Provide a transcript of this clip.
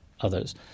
others